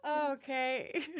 okay